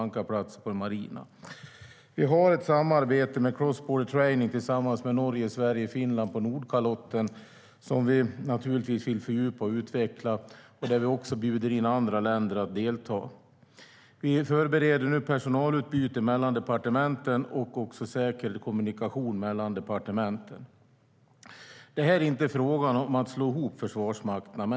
Sverige, Norge och Finland har ett samarbete i cross-border training på Nordkalotten som vi vill fördjupa och utveckla. Vi bjuder också in andra länder att delta. Vi förbereder också personalutbyte och säker kommunikation mellan departementen. Det är inte fråga om att slå ihop försvarsmakterna.